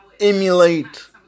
emulate